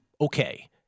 okay